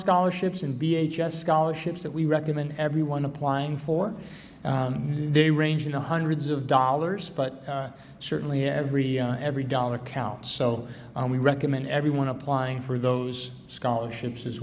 scholarships and b h s scholarships that we recommend everyone applying for they range in the hundreds of dollars but certainly every every dollar counts so we recommend everyone applying for those scholarships as